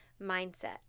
mindset